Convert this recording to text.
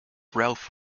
ralph